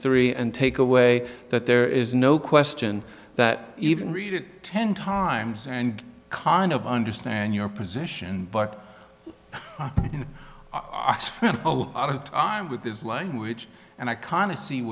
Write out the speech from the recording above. three and take away that there is no question that even read it ten times and cond of understand your position but you know i spent a lot of time with this language and i kind of see